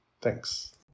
Thanks